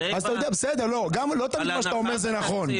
לא תמיד מה שאתה אומר זה נכון.